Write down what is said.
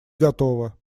готова